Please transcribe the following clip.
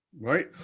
right